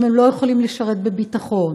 אם הם לא יכולים לשרת בביטחון,